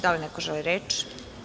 Da li neko želi reč?